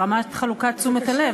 ברמת חלוקת תשומת הלב.